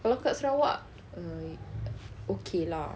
kalau dekat sarawak err okay lah